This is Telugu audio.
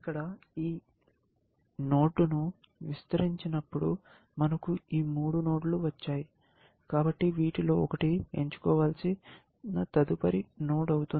ఇక్కడ ఈ నోడ్ను విస్తరించినప్పుడు మనకు ఈ మూడు నోడ్లు వచ్చాయి కాబట్టి వీటిలో ఒకటి ఎంచుకోవలసిన తదుపరి నోడ్ అవుతుంది